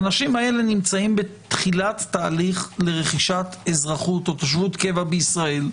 האנשים האלה נמצאים בתחילת תהליך לרכישת אזרחות או תושבות קבע בישראל,